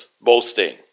boasting